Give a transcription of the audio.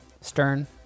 Stern